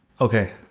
Okay